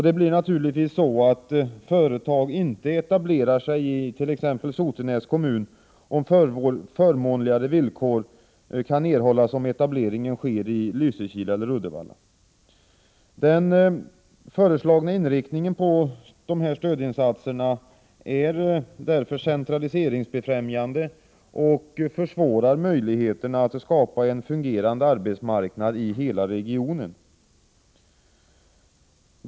Det blir naturligtvis så att företag inte etablerar sig i t.ex. Sotenäs kommun, om förmånligare villkor kan erhållas om etablering sker i Lysekil eller i Uddevalla. Den föreslagna inriktningen på stödinsatserna är centraliseringsbefrämjande och försvårar möjligheterna att skapa en fungerande arbetsmarknad i hela regionen.